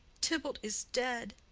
tybalt is dead,